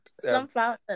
sunflower